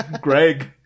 Greg